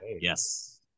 Yes